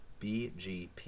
BGP